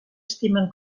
estimen